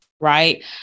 right